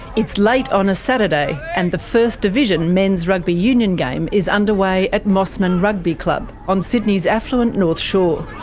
it's late on a saturday, and the first division men's rugby union game is underway at mosman rugby club, on sydney's affluent north shore.